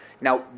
Now